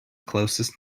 closest